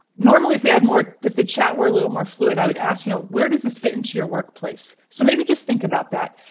normally if we had more, if the chat were a little more fluid, i would ask you know where does this fit into your workplace? so maybe just think about that.